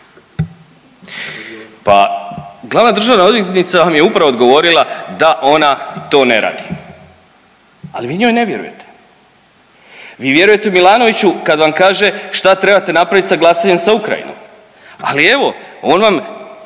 Pa glavna državna odvjetnica vam je upravo odgovorila da ona to ne radi, ali vi njoj ne vjerujete. Vi vjerujete Milanoviću kad vam kaže šta trebate napraviti sa glasanjem sa Ukrajinom. Ali evo on vam